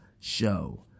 show